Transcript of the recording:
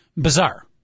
bizarre